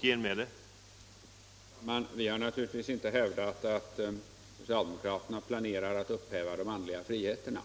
Herr talman! Vi har naturligtvis inte hävdat att socialdemokraterna planerar att upphäva de andliga friheterna.